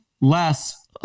less